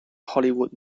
hollywood